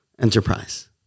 enterprise